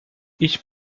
ich